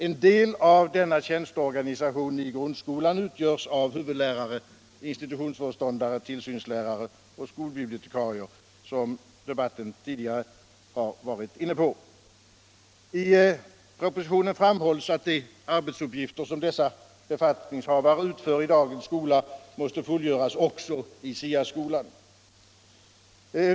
En del av denna tjänsteorganisation i grundskolan utgörs av huvudlärare, institutionsföreståndare, tillsynslärare och skolbibliotekarier, som här i debatten tidigare har berörts. I propositionen framhålls att de arbetsuppgifter som dessa befattningshavare utför i dagens skola skall fullgöras också i SIA-skolan.